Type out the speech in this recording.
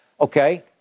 Okay